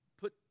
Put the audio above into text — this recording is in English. put